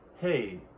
hey